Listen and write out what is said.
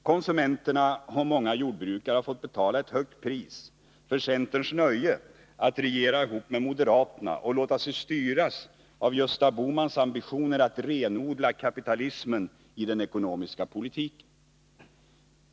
Konsumenterna och många jordbrukare har fått betala ett högt pris för centerns nöje att regera ihop med moderaterna och låta sig styras av Gösta Bohmans ambitioner att renodla kapitalismen i den ekonomiska politiken.